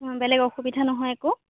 বেলেগ অসুবিধা নহয় একো